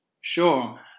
Sure